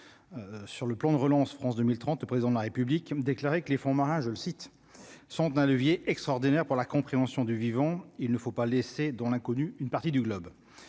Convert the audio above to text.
sur le plan de relance, France 2030, le président de la République me déclarer que les fonds marins, je le cite sont un levier extraordinaire pour la compréhension du vivant, il ne faut pas laisser dans l'inconnue, une partie du globe,